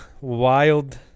wild